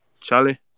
Charlie